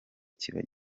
kiba